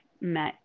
met